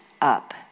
up